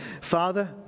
Father